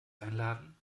einladen